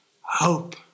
hope